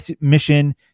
mission